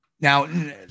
now